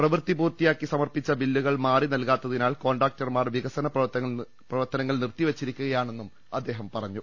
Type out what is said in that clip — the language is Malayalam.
പ്രവൃത്തി പൂർത്തിയാക്കി സമർപ്പിച്ച ബില്ലുകൾ മാറി നൽകാത്തതിനാൽ കോൺട്രാക്ടറന്മാർ വിക സന പ്രവർത്തനങ്ങൾ നിറുത്തിവെച്ചിരിക്കുകയാണെന്നും അദ്ദേഹം പറ ഞ്ഞു